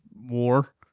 War